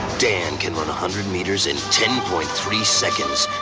dan can run a hundred meters in ten point three seconds.